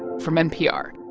from npr.